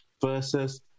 versus